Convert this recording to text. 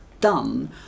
done